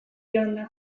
joanda